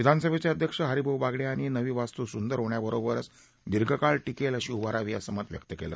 विधानसभेचे अध्यक्ष हरिभाऊ बागडे यांनी नवी वस्तू सुंदर होण्याबरोबर दीर्घकाळ टिकेल अशी उभारावी असं मत व्यक्त केलं